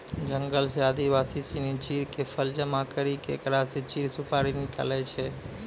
जंगल सॅ आदिवासी सिनि चीड़ के फल जमा करी क एकरा स चीड़ सुपारी निकालै छै